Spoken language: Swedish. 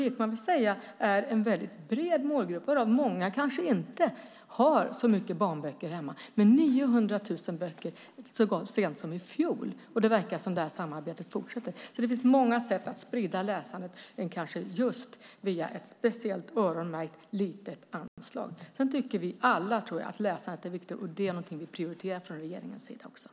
De gick till en bred målgrupp, varav många kanske inte har så många barnböcker hemma. Det verkar dessutom som att samarbetet fortsätter. Det finns alltså fler sätt att sprida läsandet än via ett speciellt öronmärkt litet anslag. Vi tycker alla att läsandet är viktigt, och det är något som regeringen också prioriterar.